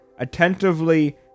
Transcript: Attentively